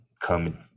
come